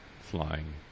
flying